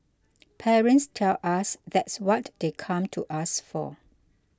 parents tell us that's what they come to us for